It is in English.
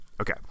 okay